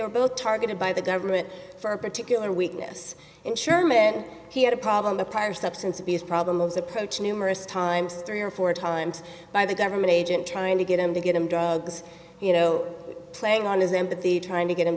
were both targeted by the government for a particular witness and he had a problem the prior substance abuse problems approach numerous times three or four times by the government agent trying to get him to get him drugs you know playing on his empathy trying to get him